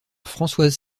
françoise